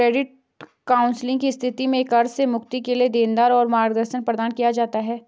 credit counselling की स्थिति में कर्ज से मुक्ति के लिए देनदार को मार्गदर्शन प्रदान किया जाता है